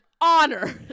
honor